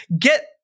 get